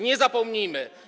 Nie zapomnimy.